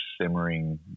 simmering